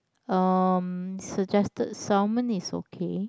um suggested salmon is okay